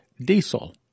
diesel